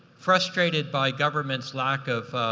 frustrated by government's lack of